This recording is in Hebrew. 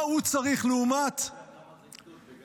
מה הוא צריך לעומת -- הוא לא יודע